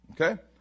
okay